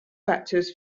factors